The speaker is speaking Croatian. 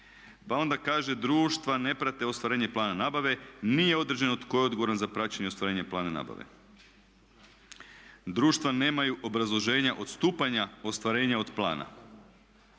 Pa onda kaže: "Društva ne prate ostvarenje plana nabave, nije određeno tko je odgovoran za praćenje i ostvarenje plana nabave." "Društva nemaju obrazloženja odstupanja ostvarenja od plana."